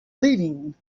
leaving